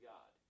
God